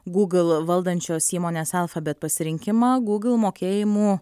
google valdančios įmonės alphabet pasirinkimą google mokėjimų